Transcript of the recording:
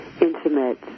intimate